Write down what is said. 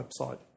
website